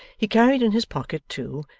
he carried in his pocket, too,